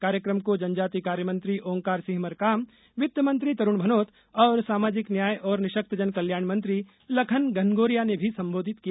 कार्यक्रम को जनजाति कार्य मंत्री ओंकार सिंह मरकाम वित्तमंत्री तरुण भनोत और सामाजिक न्याय और निःशक्तजन कल्याण मंत्री लखन घनघोरिया ने भी संबोधित किया